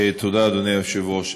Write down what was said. תודה, אדוני היושב-ראש.